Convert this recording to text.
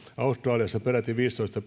australiassa peräti viisitoista